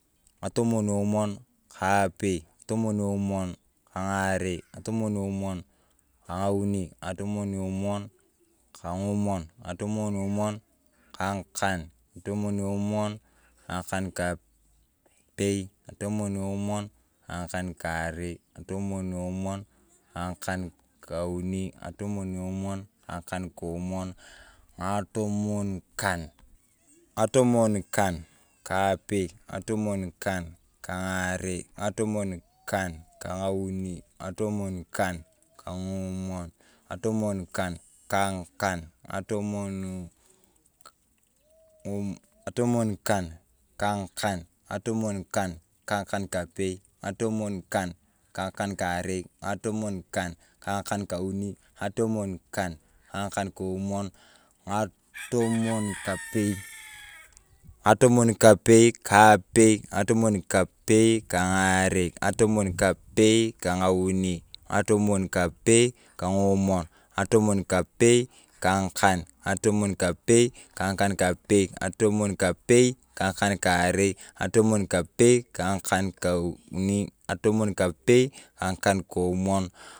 Ngatomoni omuon kapei ngatomoniomuon kangarei ngatomoniomuon kang’auni ngatomoniomuon kan’giomuon ngatomoniomuon kang’akaa ngatomoniomuon kang’akakarei ngatomoniomuon kang’akan kauni ngatomonkan ngatomonkan kapei ngatomonkan kangarei ngatomonkan kangauni ngatomonkan kang’amuun ngatomonkan kang’akan ngatomonkan kang’akankapei ngatomonkan kang’akankarei ngatomonkan kang’akankauni ngatomonkan kang’akankomuon ngatomonikapei ngatomonikapei kapei ngatomonikapei kangarei ngatonikapei kang’akauni ngatomoni kapei kang’amuon ng’atomoni kapei kang’akani ng’atomoni kapei kang’akan pei ng’atomoni kapei kang’akan karei ng’atomoni kapei kang’akan kauni ng’atomoni kapei kang’akan komuon.